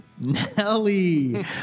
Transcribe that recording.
Nelly